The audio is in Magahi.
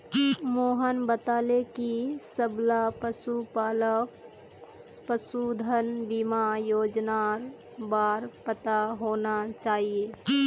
मोहन बताले कि सबला पशुपालकक पशुधन बीमा योजनार बार पता होना चाहिए